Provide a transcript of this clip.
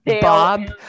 bob